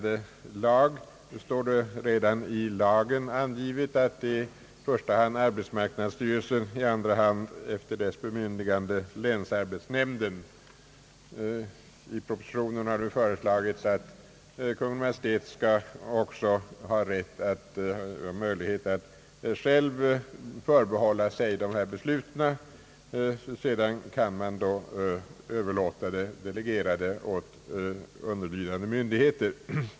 Enligt nu gällande lag är det i första hand arbetsmarknadsstyrelsen och i andra hand, efter dess bemyndigande, länsarbetsnämnden. I propositionen har nu föreslagits att Kungl. Maj:t ock så skall ha möjlighet att själv förbehålla sig beslutanderätten. Den skulle sedan kunna delegeras till underlydande myndigheter.